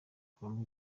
kuvuga